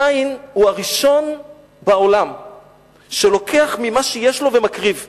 קין הוא הראשון בעולם שלוקח ממה שיש לו ומקריב קורבן,